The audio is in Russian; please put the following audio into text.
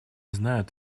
знают